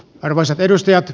arvoisat edustajat